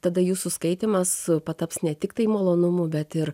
tada jūsų skaitymas pataps ne tiktai malonumu bet ir